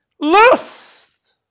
Lust